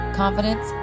confidence